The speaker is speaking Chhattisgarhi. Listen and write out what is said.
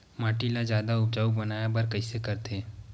माटी ला जादा उपजाऊ बनाय बर कइसे करथे?